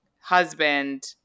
husband